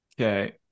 Okay